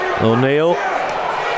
O'Neill